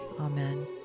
Amen